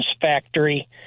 factory